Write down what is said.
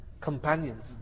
companions